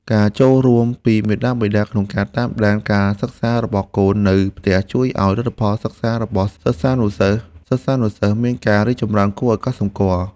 ការចូលរួមពីមាតាបិតាក្នុងការតាមដានការសិក្សារបស់កូននៅផ្ទះជួយឱ្យលទ្ធផលសិក្សារបស់សិស្សានុសិស្សមានការរីកចម្រើនគួរឱ្យកត់សម្គាល់។